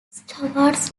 schwartz